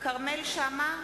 כרמל שאמה,